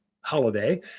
holiday